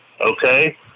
Okay